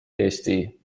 eesti